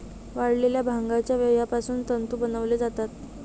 वाळलेल्या भांगाच्या बियापासून तंतू बनवले जातात